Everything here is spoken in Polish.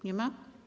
Nie ma?